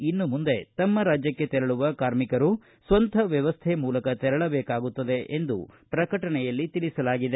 ಇನ್ನುಮುಂದೆ ತಮ್ಮ ರಾಜ್ಯಕ್ಕೆ ತೆರಳು ಕಾರ್ಮಿಕರು ಸ್ವಂತ ವ್ಯವಸ್ಥೆ ಮೂಲಕ ತೆರಳಬೇಕಾಗುತ್ತದೆ ಎಂದು ಪ್ರಕಟಣೆಯಲ್ಲಿ ತಿಳಿಸಲಾಗಿದೆ